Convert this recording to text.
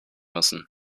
müssen